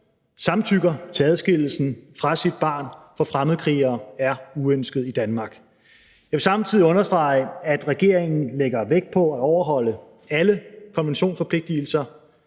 samtykker til adskillelsen fra sit barn, for fremmedkrigere er uønskede i Danmark. Jeg vil samtidig understrege, at regeringen lægger vægt på at overholde alle konventionsforpligtigelser.